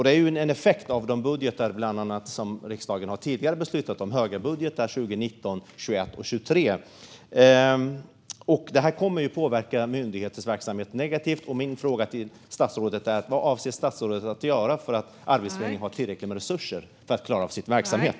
Det är en effekt av bland annat de högerbudgetar som riksdagen har beslutat om tidigare - 2019, 2021 och 2023. Det kommer att påverka myndighetens verksamhet negativt. Vad avser statsrådet att göra för att Arbetsförmedlingen ska ha tillräckligt med resurser för att klara av sin verksamhet?